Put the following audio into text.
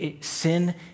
sin